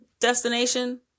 destination